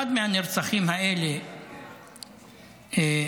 אחד מהנרצחים האלה אתמול,